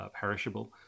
perishable